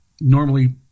Normally